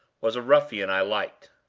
was a ruffian i liked.